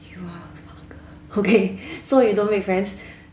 you are a fucker okay so you don't make friends